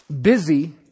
Busy